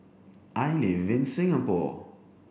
I live in Singapore